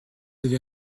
avez